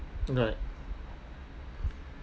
right